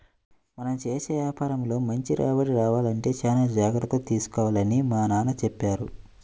మనం చేసే యాపారంలో మంచి రాబడి రావాలంటే చానా జాగర్తలు తీసుకోవాలని మా నాన్న చెప్పారు